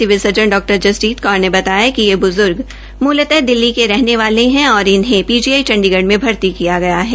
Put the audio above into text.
civil surgeon डा जसजीत कौर ने बताया कि यह ब्ज्र्ग मूलत दिल्ली के रहने वाले है और इन्हें पीजीआई चंडीगढ़ में भर्ती किया गया है